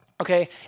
Okay